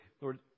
Lord